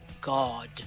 god